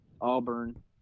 Auburn